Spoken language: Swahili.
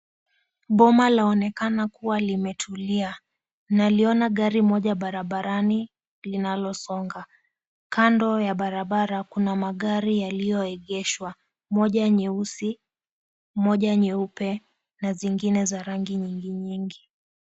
Boma linaonekana kama limetulia. Naliona gari moja barabarani linalosonga. Kando ya barabara kuna magari yaliyoegeshwa, moja nyeusi, moja nyeupe na zingine za rangi nyinginyingi.